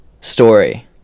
story